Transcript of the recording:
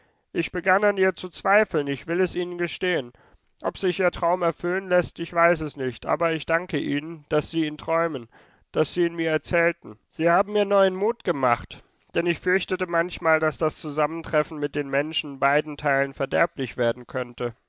ich begann an ihr zu zweifeln ich will es ihnen gestehen ob sich ihr traum erfüllen läßt ich weiß es nicht aber ich danke ihnen daß sie ihn träumen daß sie ihn mir erzählten sie haben mir neuen mut gemacht denn ich fürchtete manchmal daß das zusammentreffen mit den menschen beiden teilen verderblich werden könnte